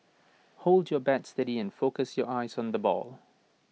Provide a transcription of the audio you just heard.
hold your bat steady and focus your eyes on the ball